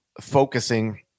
focusing